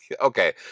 Okay